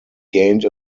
gained